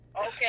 Okay